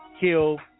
kill